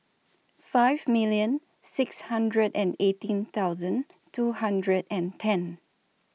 five million six hundred and eighteen thousand two hundred and ten